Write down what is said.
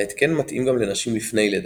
ההתקן מתאים גם לנשים לפני לידה,